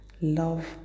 Love